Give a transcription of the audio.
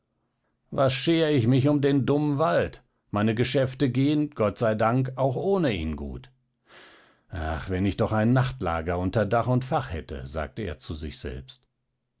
was scher ich mich um den dummen wald meine geschäfte gehen gott sei dank auch ohne ihn gut ach wenn ich doch ein nachtlager unter dach und fach hätte sagte er zu sich selbst